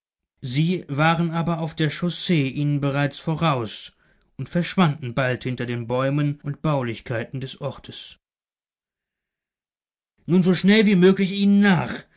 sie waren aber auf der chaussee ihnen bereits voraus und verschwanden bald hinter den bäumen und baulichkeiten des orts nun so schnell wie möglich ihnen nach